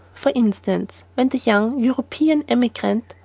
for instance, when the young european emigrant,